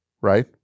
Right